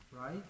right